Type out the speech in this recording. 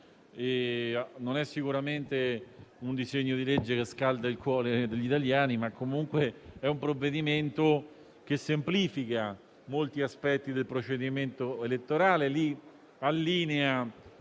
Non è sicuramente un disegno di legge che scalda il cuore degli italiani, ma comunque è un provvedimento che semplifica molti aspetti del procedimento elettorale e li allinea